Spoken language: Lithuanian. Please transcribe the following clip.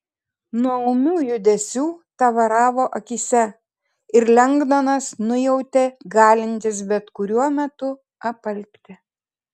nuo ūmių judesių tavaravo akyse ir lengdonas nujautė galintis bet kuriuo metu apalpti